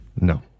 No